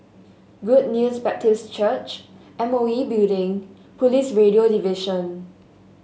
Good News Baptist Church M O E Building Police Radio Division